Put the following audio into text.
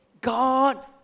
God